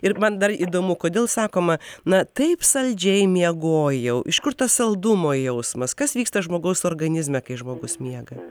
ir man dar įdomu kodėl sakoma na taip saldžiai miegojau iš kur tas saldumo jausmas kas vyksta žmogaus organizme kai žmogus miega